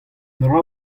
dra